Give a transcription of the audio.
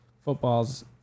Football's